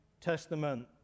Testament